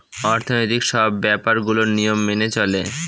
অর্থনৈতিক সব ব্যাপার গুলোর নিয়ম মেনে চলে